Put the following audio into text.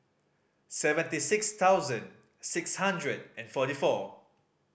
seventy six thousand six hundred and forty four